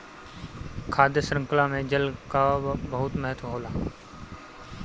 खाद्य शृंखला में जल कअ बहुत महत्व होला